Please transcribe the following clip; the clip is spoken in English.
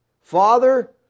Father